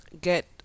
get